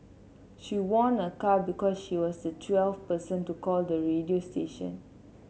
she won a car because she was the twelfth person to call the radio station